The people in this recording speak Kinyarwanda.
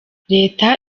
leta